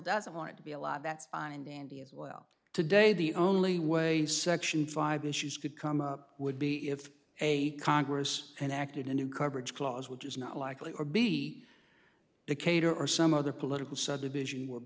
doesn't want it to be a law that's fine dandy as well today the only way section five issues could come up would be if a congress enacted a new coverage clause which is not likely or be decatur or some other political subdivision were